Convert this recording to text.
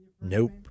nope